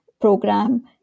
program